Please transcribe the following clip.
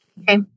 Okay